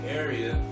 area